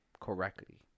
correctly